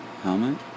helmet